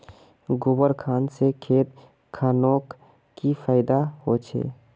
गोबर खान से खेत खानोक की फायदा होछै?